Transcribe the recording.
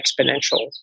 exponential